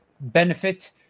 benefit